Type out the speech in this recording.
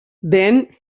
then